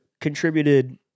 contributed